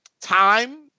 time